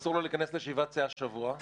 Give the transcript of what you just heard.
אסור לו להיכנס לישיבת סיעה שבוע.